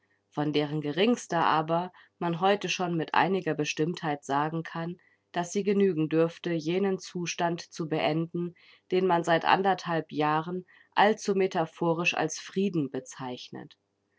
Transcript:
von deren geringster aber man heute schon mit einiger bestimmtheit sagen kann daß sie genügen dürfte jenen zustand zu beenden den man seit anderthalb jahren allzu metaphorisch als frieden bezeichnet